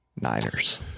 Niners